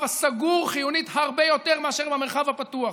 הסגור חיונית הרבה יותר מאשר במרחב הפתוח.